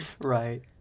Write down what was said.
right